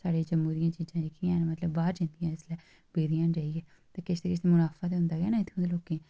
साढ़े जम्मू दियां चीज़ां है'न जेह्कियां बाहर जंदियां इसलै ुपेदियां न जेह्कियां किश ना किश मुनाफा होंदा ऐ ना इत्थुआं दे लोकें ई